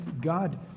God